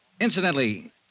Incidentally